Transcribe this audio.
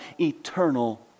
eternal